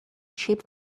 cheap